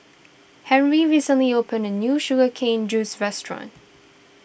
Harley recently opened a new Sugar Cane Juice restaurant